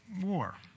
war